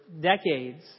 decades